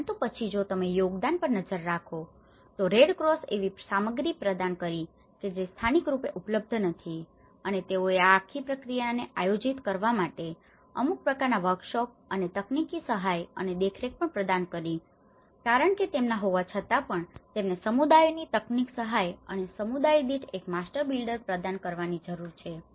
પરંતુ પછી જો તમે યોગદાન પર નજર નાખો તો રેડ ક્રોસે એવી સામગ્રી પ્રદાન કરી છે કે જે સ્થાનિક રૂપે ઉપલબ્ધ નથી અને તેઓએ આ આખી પ્રક્રિયાને આયોજિત કરવા માટે અમુક પ્રકારના વર્કશોપ અને તકનીકી સહાય અને દેખરેખ પણ પ્રદાન કરી હતી કારણ કે તેમના હોવા છતાં પણ તેમને સમુદાયોને તકનીકી સહાય અને સમુદાય દીઠ એક માસ્ટર બિલ્ડર પ્રદાન કરવાની જરૂર છે